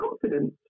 confidence